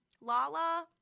Lala